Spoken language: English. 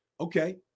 okay